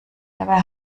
dabei